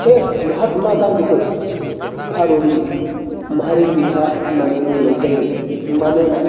बे महात्मा गान्धिखौ भारतनि माहारियारि बिफा होननानै बुंनाय जायो मानोना